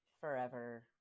forever